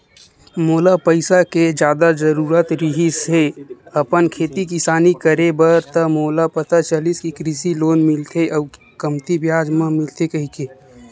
मोला पइसा के जादा जरुरत रिहिस हे अपन खेती किसानी करे बर त मोला पता चलिस कि कृषि लोन मिलथे अउ कमती बियाज म मिलथे कहिके